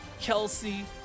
Kelsey